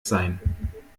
sein